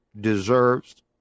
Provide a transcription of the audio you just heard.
deserves